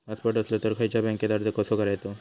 Passport असलो तर खयच्या बँकेत अर्ज कसो करायचो?